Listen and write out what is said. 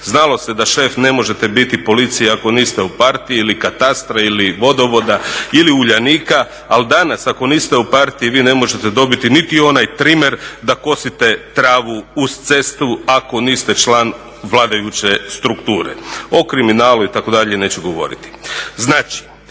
znalo se da šef ne možete biti policiji ako niste u partiji ili katastra, ili vodovoda, ili uljanika al danas ako niste u partiji vi ne možete dobiti niti onaj trimer da kosite travu uz cestu ako niste član vladajuće strukture. O kriminalu itd. neću govoriti. Znači